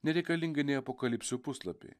nereikalingi nei apokalipsių puslapiai